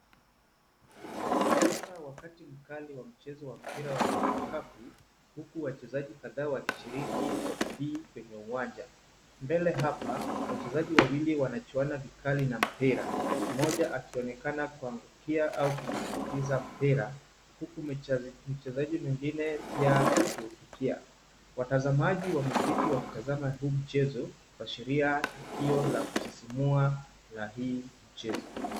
Inanasa wakati mkali wa mchezo wa mpira wa vikapu, huku wachezaji kadhaa wakishiriki kwa bidii kwenye uwanja. Mbele hapa, wachezaji wawili wanachuana vikali na mpira, moja akionekana kuangukia au kutumbukiza mpira, huku mchezaji mwingine pia akiurukia. Watazamaji wameketi wakitazama huu mchezo kuashiria tukio la kusisimua la hii mchezo.